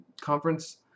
conference